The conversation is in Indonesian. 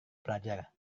pelajar